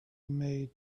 may